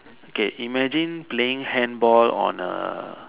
okay imagine playing handball on a